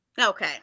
Okay